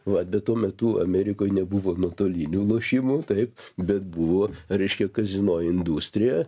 vat bet tuo metu amerikoj nebuvo nuotolinių lošimų taip bet buvo reiškia kazino industrija